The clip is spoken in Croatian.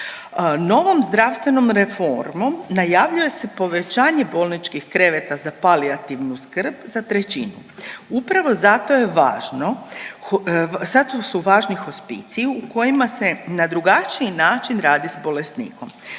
Novom zdravstvenom reformom najavljuje se povećanje bolničkih kreveta za palijativnu skrb za trećinu. Upravo zato je važno, zato su važni hospiciji u kojima se na drugačiji način radi s bolesnikom